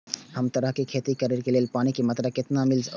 सब तरहक के खेती करे के लेल पानी के मात्रा कितना मिली अछि?